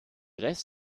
reste